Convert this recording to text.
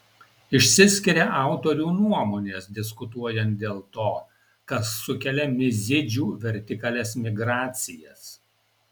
išsiskiria autorių nuomonės diskutuojant dėl to kas sukelia mizidžių vertikalias migracijas